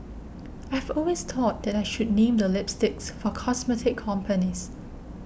I've always thought that I should name the lipsticks for cosmetic companies